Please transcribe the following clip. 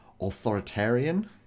authoritarian